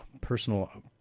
personal